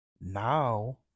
now